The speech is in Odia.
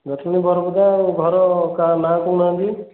ଦକ୍ଷିଣୀ ବରପଦା ଆଉ ଘର କା ନା କହୁନାହାନ୍ତି